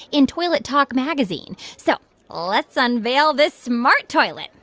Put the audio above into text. in toilet talk magazine. so let's unveil this smart toilet.